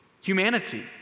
humanity